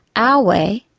our way,